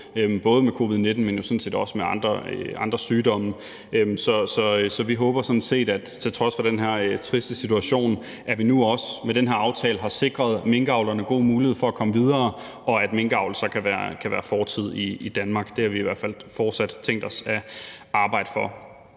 sådan set, at vi til trods for den her triste situation nu også med den her aftale har sikret minkavlerne god mulighed for at komme videre, og at minkavl så kan være fortid i Danmark. Det har vi i hvert fald fortsat tænkt os at arbejde for.